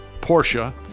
Porsche